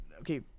Okay